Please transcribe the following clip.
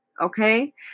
Okay